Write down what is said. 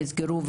נסגרו,